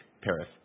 Paris